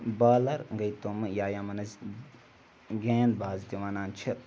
baller گٔے تم یا یِمَن أسۍ گینٛدباز تہِ وَنان چھِ